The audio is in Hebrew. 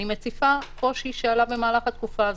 אני מציפה קושי שעלה במהלך התקופה הזו.